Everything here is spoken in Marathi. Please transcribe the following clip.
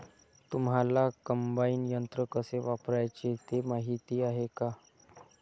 तुम्हांला कम्बाइन यंत्र कसे वापरायचे ते माहीती आहे का?